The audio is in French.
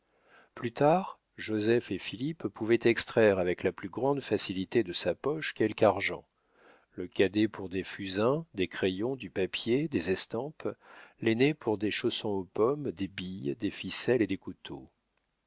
plus tard joseph et philippe pouvaient extraire avec la plus grande facilité de sa poche quelque argent le cadet pour des fusains des crayons du papier des estampes l'aîné pour des chaussons aux pommes des billes des ficelles et des couteaux